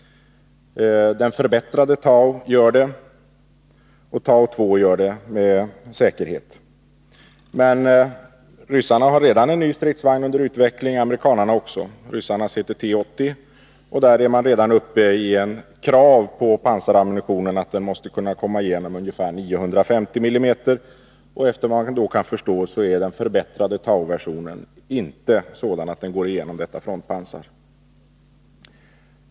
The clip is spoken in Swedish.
Den förbättrade TOW-roboten gör det, och också TOW 2 gör med säkerhet det. Men ryssarna har redan en ny stridsvagn under utveckling, « likaså amerikanarna. Ryssarnas heter T 80, och för den har man redan krav på att pansarammunitionen skall kunna tränga igenom ungefär 950 mm. Man kan då förstå att den förbättrade TOW-versionen inte är sådan att den kan tränga igenom detta frontpansar.